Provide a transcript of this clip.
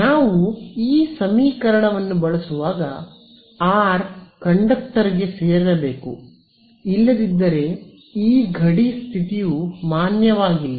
ನಾವು ಈ ಸಮೀಕರಣವನ್ನು ಬಳಸುವಾಗ r ಕಂಡಕ್ಟರ್ಗೆ ಸೇರಿರಬೇಕು ಇಲ್ಲದಿದ್ದರೆ ಈ ಗಡಿ ಸ್ಥಿತಿಯು ಮಾನ್ಯವಾಗಿಲ್ಲ